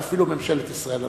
ואפילו ממשלת ישראל הנוכחית.